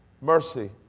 mercy